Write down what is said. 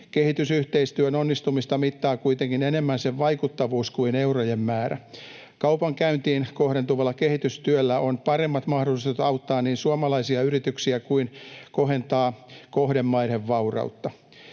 Kehitysyhteistyön onnistumista mittaa kuitenkin enemmän sen vaikuttavuus kuin eurojen määrä. Kaupankäyntiin kohdentuvalla kehitysyhteistyöllä on paremmat mahdollisuudet niin auttaa suomalaisia yrityksiä kuin kohentaa kohdemaiden vaurautta.